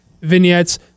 vignettes